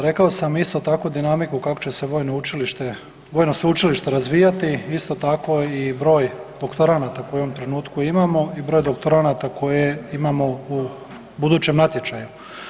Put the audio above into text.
Rekao sam isto tako dinamiku kako će se vojno sveučilište razvijati, isto tako i broj doktoranata kojem u ovom trenutku imamo i broj doktoranata koje imamo u budućem natječaju.